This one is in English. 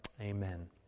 amen